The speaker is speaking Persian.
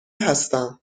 هستم